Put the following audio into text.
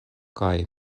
kaj